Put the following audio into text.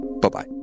Bye-bye